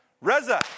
Reza